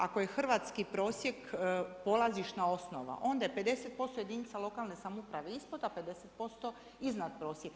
Ako je hrvatski prosjek polazišna osnova onda je 50% jedinica lokalne samouprave ispod a 50% iznad prosjeka.